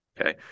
okay